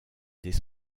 des